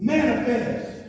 Manifest